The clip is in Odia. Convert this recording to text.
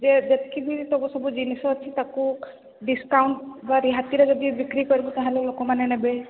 ଯେ ଯେତିକି ବି ସବୁ ସବୁ ଜିନିଷ ଅଛି ତାକୁ ଡିସକାଉଣ୍ଟ ବା ରିହାତିରେ ଯଦି ବିକ୍ରି କରିବୁ ତା'ହେଲେ ଲୋକମାନେ ନେବେ